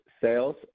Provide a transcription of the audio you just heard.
sales